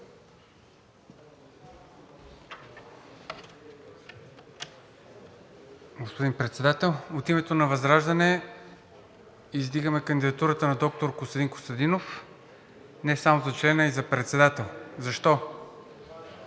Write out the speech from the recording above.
Господин Председател! От името на ВЪЗРАЖДАНЕ издигаме кандидатурата на доктор Костадин Костадинов не само за член, а и за председател. Защо?